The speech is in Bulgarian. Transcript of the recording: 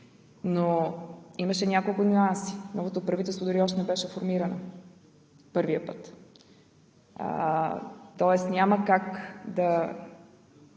но имаше няколко нюанса. Новото правителство още не беше формирано за първия път, тоест няма как да